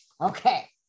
Okay